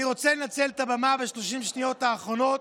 אני רוצה לנצל את הבימה, ב-30 השניות האחרונות,